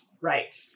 Right